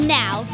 now